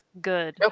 Good